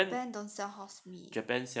japan don't sell horse meat